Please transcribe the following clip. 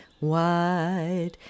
wide